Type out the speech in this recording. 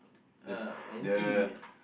uh anti